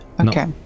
Okay